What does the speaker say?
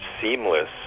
seamless